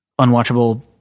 unwatchable